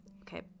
Okay